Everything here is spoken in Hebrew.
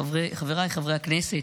חבריי חברי הכנסת,